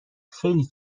خیلی